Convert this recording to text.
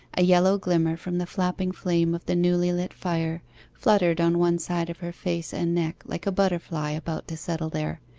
a yellow glimmer from the flapping flame of the newly-lit fire fluttered on one side of her face and neck like a butterfly about to settle there,